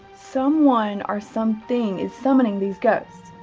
someone or something is summoning these ghosts.